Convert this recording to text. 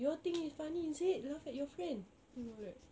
you all think is funny is it laugh at your friend then we were like